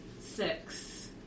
six